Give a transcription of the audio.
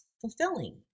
Fulfilling